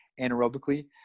anaerobically